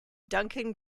duncan